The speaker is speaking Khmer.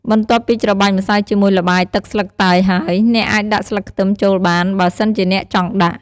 បន្ទាប់ពី ច្របាច់ម្សៅជាមួយល្បាយទឹកស្លឹកតើយហើយ អ្នកអាចដាក់ស្លឹកខ្ទឹមចូលបាន បើសិនជាអ្នកចង់ដាក់។